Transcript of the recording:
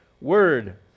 word